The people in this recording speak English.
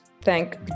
thank